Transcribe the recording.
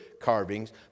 carvings